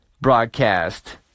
Broadcast